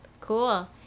cool